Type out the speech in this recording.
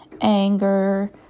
anger